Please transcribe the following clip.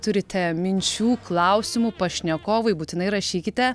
turite minčių klausimų pašnekovui būtinai rašykite